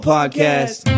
Podcast